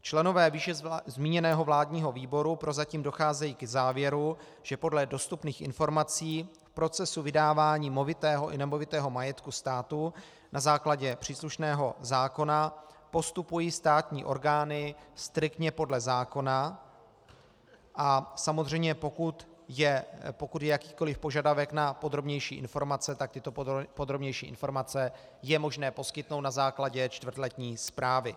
Členové výše zmíněného vládního výboru prozatím docházejí k závěru, že podle dostupných informací v procesu vydávání movitého i nemovitého majetku státu na základě příslušného zákona postupují státní orgány striktně podle zákona, a samozřejmě pokud je jakýkoliv požadavek na podrobnější informace, tak tyto podrobnější informace je možné poskytnout na základě čtvrtletní zprávy.